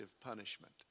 punishment